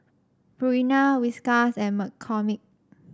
Purina Whiskas and McCormick